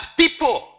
people